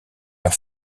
leur